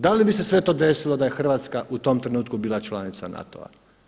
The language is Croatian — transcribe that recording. Da li bi se sve to desilo da je Hrvatska u tom trenutku bila članica NATO-a?